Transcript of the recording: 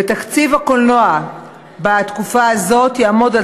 ותקציב הקולנוע בתקופה הזאת יעמוד על